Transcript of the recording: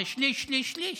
זה שליש שליש שליש.